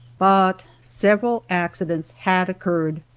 but several accidents had occurred.